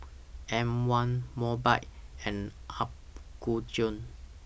M one Mobike and Apgujeong